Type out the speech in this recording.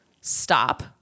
stop